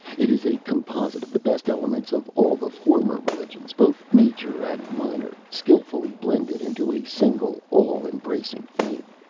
it is a composite of the best elements of all the former religions, both major and minor, skillfully blended into a single all-embracing faith.